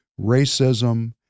racism